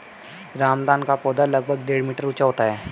रामदाना का पौधा लगभग डेढ़ मीटर ऊंचा होता है